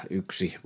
yksi